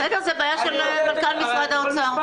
בסדר, זאת בעיה של מנכ"ל משרד האוצר.